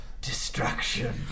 destruction